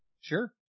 Sure